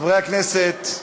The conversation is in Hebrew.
חברי הכנסת.